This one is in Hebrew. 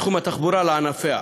את תחום התחבורה לענפיה,